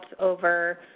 over